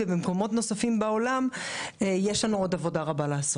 ובמקומות נוספים בעולם יש לנו עוד עבודה רבה לעשות.